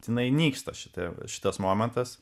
jinai nyksta šitai šitas momentas